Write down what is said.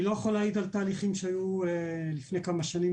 אני לא יכול להעיד על תהליכים שהיו לפני כמה שנים,